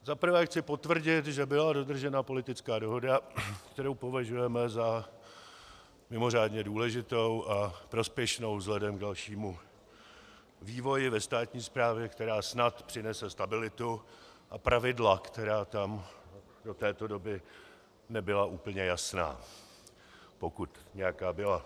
Za prvé chci potvrdit, že byla dodržena politická dohoda, kterou považujeme za mimořádně důležitou a prospěšnou vzhledem k dalšímu vývoji ve státní správě, která snad přinese stabilitu a pravidla, která tam do této doby nebyla úplně jasná, pokud nějaká byla.